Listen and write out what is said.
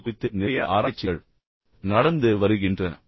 இது குறித்து நிறைய ஆராய்ச்சிகள் நடந்து வருகின்றன